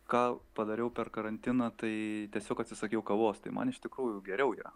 ką padariau per karantiną tai tiesiog atsisakiau kavos tai man iš tikrųjų geriau ją